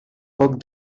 poc